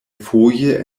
foje